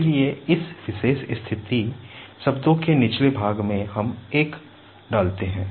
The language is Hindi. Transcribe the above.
इसलिए इस विशेष स्थिति शब्दों के निचले भाग में हम 1 डालते हैं